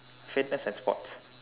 fitness and sports